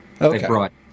Okay